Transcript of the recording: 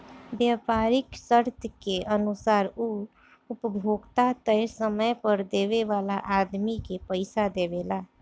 व्यापारीक शर्त के अनुसार उ उपभोक्ता तय समय पर देवे वाला आदमी के पइसा देवेला